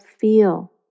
feel